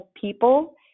people